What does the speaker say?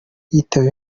yitaba